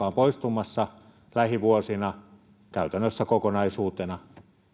on poistumassa lähivuosina käytännössä kokonaisuutena